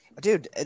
dude